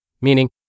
Meaning